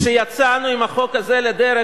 כשיצאנו עם החוק הזה לדרך,